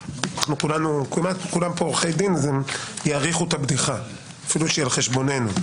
כולם פה עורכי דין אז יעריכו את הבדיחה למרות שהיא על חשבוננו: